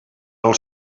als